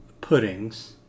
puddings